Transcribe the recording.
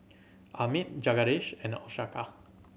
Amit Jagadish and Ashoka